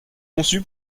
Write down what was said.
conçu